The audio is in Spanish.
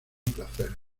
placer